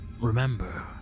remember